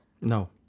No